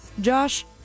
Josh